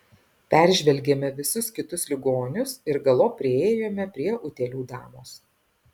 peržvelgėme visus kitus ligonius ir galop priėjome prie utėlių damos